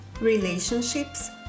relationships